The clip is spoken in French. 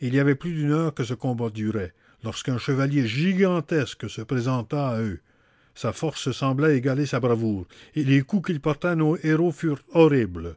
il y avait plus d'une heure que ce combat durait lorsqu'un chevalier gigantesque se présenta à eux sa force semblait égaler sa bravoure et les coups qu'il porta à nos héros furent horribles